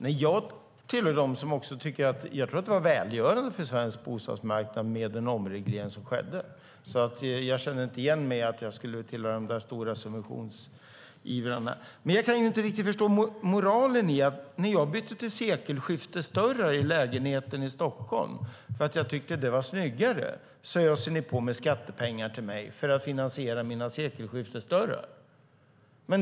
Nej, jag tillhör dem som tror att det var välgörande för svensk bostadsmarknad med den omreglering som skedde. Jag känner inte igen mig i att jag skulle tillhöra de där stora subventionsivrarna. Men jag kan inte riktigt förstå moralen. Jag bytte till sekelskiftesdörrar i lägenheten i Stockholm därför att jag tyckte att det var snyggare, och då öser ni på med skattepengar till mig för att finansiera mina sekelskiftesdörrar.